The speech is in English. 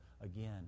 again